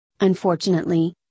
Unfortunately